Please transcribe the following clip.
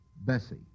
Bessie